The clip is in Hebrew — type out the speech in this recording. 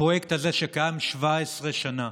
הפרויקט הזה, שקיים 17 שנה,